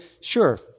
Sure